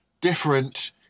different